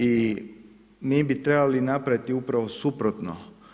I mi bi trebali napraviti upravo suprotno.